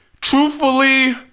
Truthfully